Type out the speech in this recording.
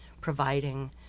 providing